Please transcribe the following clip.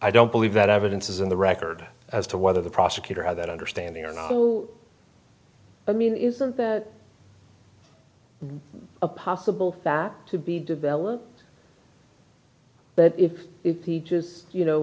i don't believe that evidence is in the record as to whether the prosecutor had that understanding or not so i mean isn't that a possible that to be developed but if it reaches you know